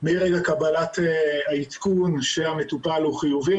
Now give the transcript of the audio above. מרגע קבלת העדכון שהמטופל הוא חיובי,